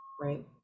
right